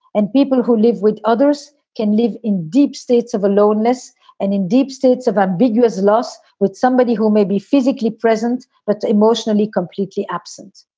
um people who live with others can live in deep states of aloneness and in deep states of ambiguous loss with somebody who may be physically present but emotionally completely absent.